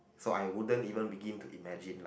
so I wouldn't even begin to imagine like